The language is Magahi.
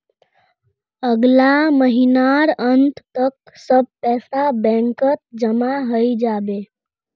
अगला महीनार अंत तक सब पैसा बैंकत जमा हइ जा बे